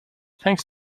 thanks